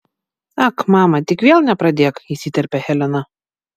ak mama tik vėl nepradėk įsiterpia helena